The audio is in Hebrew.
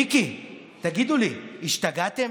מיקי, תגידו לי, השתגעתם?